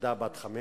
ילדה בת חמש,